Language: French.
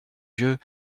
yeux